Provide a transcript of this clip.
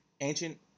Ancient